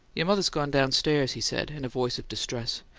your mother's gone downstairs, he said, in a voice of distress.